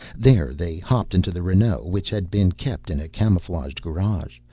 there they hopped into the renault, which had been kept in a camouflaged garage,